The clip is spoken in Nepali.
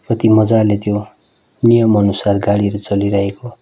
कति मजाले त्यो नियमअनुसार गाडीहरू चलिरहेको